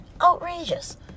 Outrageous